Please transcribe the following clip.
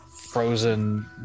frozen